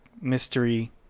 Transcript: mystery